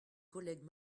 collègues